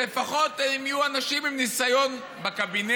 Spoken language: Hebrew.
שלפחות הם יהיו אנשים עם ניסיון בקבינט,